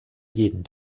jeden